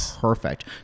perfect